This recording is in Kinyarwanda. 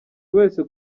wese